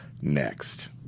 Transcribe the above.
next